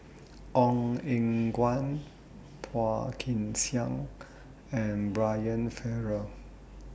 Ong Eng Guan Phua Kin Siang and Brian Farrell